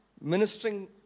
ministering